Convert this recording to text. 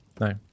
No